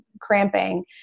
cramping